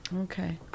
Okay